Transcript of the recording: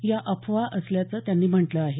या अफवा असल्याचं त्यांनी म्हटलं आहे